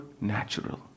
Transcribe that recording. natural